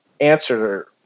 answer